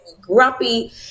grumpy